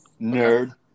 nerd